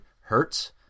hurts